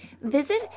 Visit